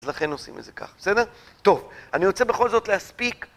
אז לכן עושים את זה ככה, בסדר? טוב, אני רוצה בכל זאת להספיק